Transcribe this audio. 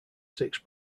six